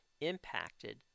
impacted